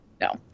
No